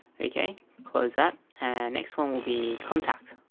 okay, close that and next one will be contact